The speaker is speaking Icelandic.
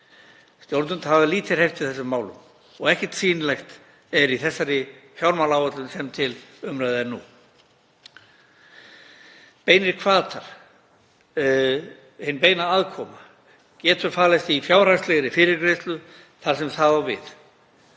Stjórnvöld hafa lítið hreyft við þessum málum og ekkert sýnilegt er í þeirri fjármálaáætlun sem til umræðu er nú. Beinir hvatar, hin beina aðkoma, geta falist í fjárhagslegri fyrirgreiðslu þar sem það á við.